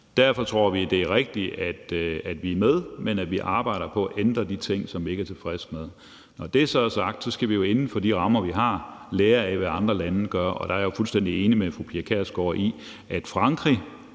Derfor tror vi, at det rigtige er, at vi er med, men at vi arbejder på at ændre de ting, som vi ikke er tilfredse med. Når det så er sagt, skal vi jo inden for de rammer, vi har, lære af, hvad andre lande gør, og der er jeg fuldstændig enig med fru Pia